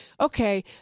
Okay